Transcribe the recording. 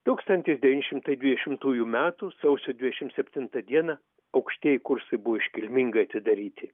tūkstantis devyni šimtai dvidešimtųjų metų sausio dvidešimt septintą dieną aukštieji kursai buvo iškilmingai atidaryti